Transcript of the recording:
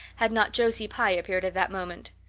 had not josie pye appeared at that moment.